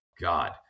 God